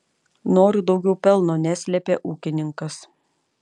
noriu daugiau pelno neslėpė ūkininkas